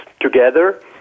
together